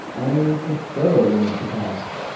i prefer women with a past.